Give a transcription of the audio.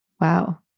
Wow